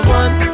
one